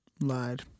Lied